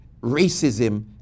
racism